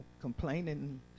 complaining